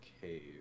cave